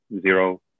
zero